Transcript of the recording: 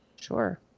Sure